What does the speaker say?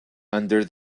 under